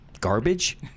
garbage